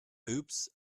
oops